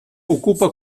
ocupa